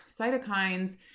cytokines